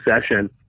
session